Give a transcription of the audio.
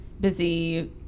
busy